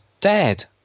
dead